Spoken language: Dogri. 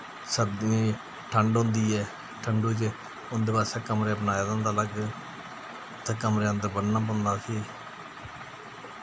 सर्दियें च ठंड होंदी ऐ ठंडू च उं'दे बास्तै कमरा बनाए दा होंदा अलग ते कमरे दे अन्दर बन्नना पौंदा उसी